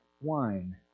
wine